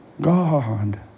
God